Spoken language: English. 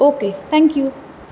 okay thank you